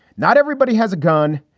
not everybody has a gun.